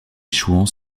chouans